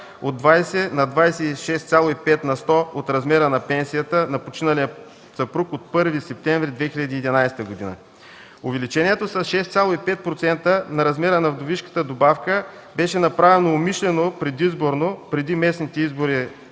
от 20 на 26,5 на сто от размера на пенсията на починалия съпруг от 1 септември 2011 г. Увеличението с 6,5% на размера на вдовишката добавка беше направено умишлено предизборно – преди местните избори